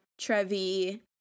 Trevi